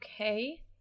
Okay